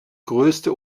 größte